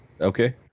okay